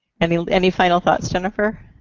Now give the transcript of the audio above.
any any final thoughts, jennifer?